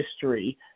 history